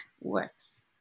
works